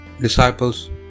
disciples